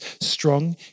strong